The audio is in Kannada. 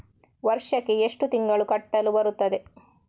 ವರ್ಷಕ್ಕೆ ಎಷ್ಟು ತಿಂಗಳು ಕಟ್ಟಲು ಬರುತ್ತದೆ?